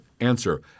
Answer